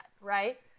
right